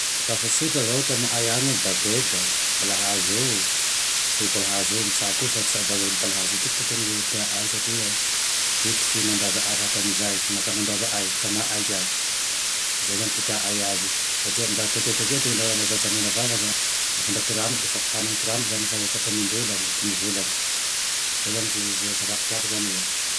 Sakafo tsotra zao ty amaay agne: bageda, balahazo. Fe balahazo ama tsako io fa, balahazo io tetetetehanay io tea ay satria i ty fihinan-drazaay hatramizay. Ty makaman-draza ay kamaaiky agne. Zay zane ty tiaay aze satry ndra ty kedekedeky ndra zaza mena vava, de fa ty ranony, de fa fahana ty ranony lafa faha enim-bolany na dimy volany. Zay zane ty sakafo tiako zane zay